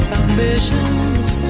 ambitions